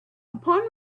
upon